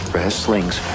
Wrestling's